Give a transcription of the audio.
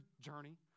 journey